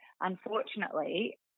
unfortunately